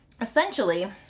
essentially